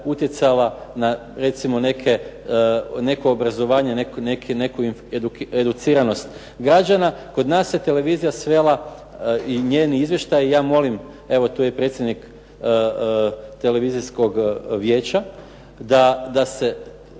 utjecala na recimo neko obrazovanje, neku educiranost građana. Kod nas se televizija svela i njeni izvještaji, ja molim evo tu je predsjednik televizijskog vijeća da se